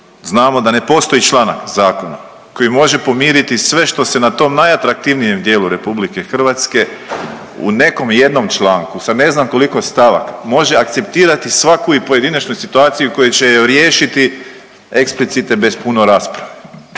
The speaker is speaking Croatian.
znamo da ne postoji članak zakona koji može pomiriti sve što se na tom najatraktivnijem dijelu RH u nekom jednom članku sa ne znam koliko stavaka može akceptirati svaku i pojedinačnu situaciju koji će ju riješiti eksplicite bez puno rasprave.